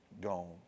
gone